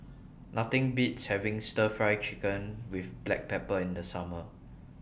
Nothing Beats having Stir Fry Chicken with Black Pepper in The Summer